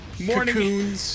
Morning